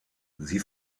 sie